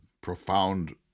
profound